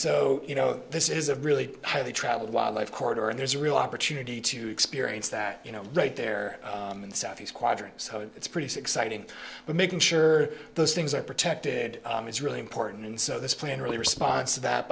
so you know this is a really highly traveled wildlife corridor and there's a real opportunity to experience that you know right there in the southeast quadrant so it's pretty exciting but making sure those things are protected is really important and so this plan really response to that